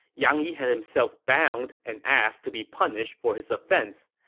yang yi had himself bound and asked to be punished for his offense.